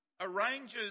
arranges